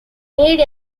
made